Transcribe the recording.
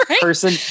person